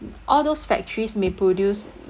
all those factories may produce